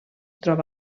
troba